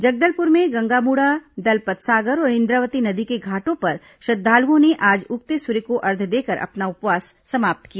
जगदलपुर में गंगामुड़ा दलपत सागर और इंद्रावती नदी के घाटों पर श्रद्दालुओं ने आज उगते सूर्य को अर्घ्य देकर अपना उपवास समाप्त किया